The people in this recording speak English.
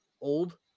old